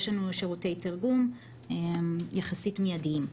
יש לנו שירותי תרגום יחסית מידיים.